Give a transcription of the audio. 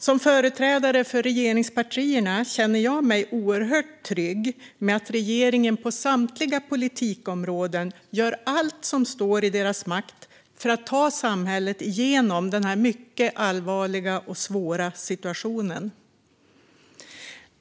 Som företrädare för regeringspartierna känner jag mig oerhört trygg med att regeringen på samtliga politikområden gör allt som står i dess makt för att ta samhället igenom denna mycket allvarliga och svåra situation.